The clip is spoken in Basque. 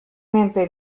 menpe